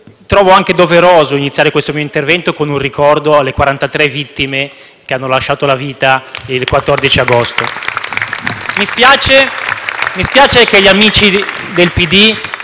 Trovo anche doveroso iniziare questo mio intervento con un ricordo delle 43 vittime che hanno perso la vita il 14 agosto.